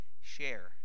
Share